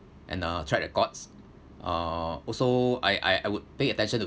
and uh track records uh also I I would pay attention to